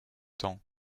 tant